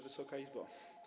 Wysoka Izbo!